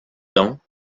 ans